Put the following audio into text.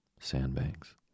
sandbanks